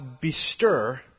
bestir